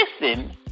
listen